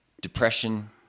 depression